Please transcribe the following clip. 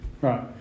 Right